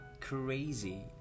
crazy